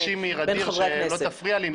תבקשי מע'דיר שלא תפריע לי.